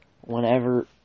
whenever